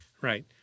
Right